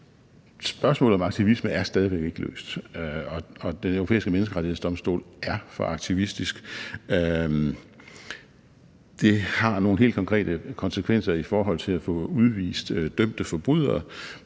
Spørgsmålet om aktivisme er stadig væk ikke løst, og Den Europæiske Menneskerettighedsdomstol er for aktivistisk. Det har nogle helt konkrete konsekvenser i forhold til at få udvist dømte forbrydere,